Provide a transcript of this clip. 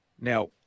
Now